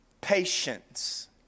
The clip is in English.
Patience